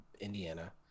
Indiana